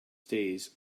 stays